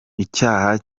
icyaha